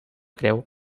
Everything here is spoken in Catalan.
creu